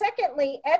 secondly